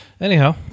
Anyhow